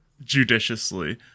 Judiciously